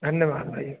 धन्यवाद भाई